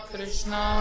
Krishna